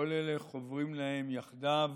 כל אלה חוברים להם יחדיו